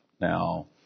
Now